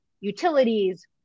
utilities